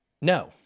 No